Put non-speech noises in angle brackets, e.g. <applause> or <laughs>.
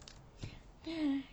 <laughs>